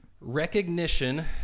Recognition